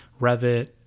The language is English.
revit